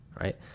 right